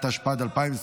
(תיקון, ביטול ניכוי מקצבה), התשפ"ד 2023,